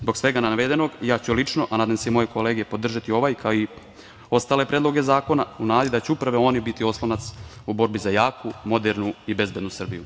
Zbog svega navedenog, ja ću lično, a nadam se i moje kolege, podržati ovaj kao i ostale predloge zakona u nadi da će upravo oni biti oslonac u borbi za jaku, modernu i bezbednu Srbiju.